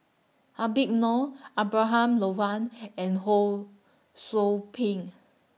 Habib Noh Abraham Logan and Ho SOU Ping